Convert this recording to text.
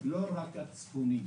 לא רק הצפוניים,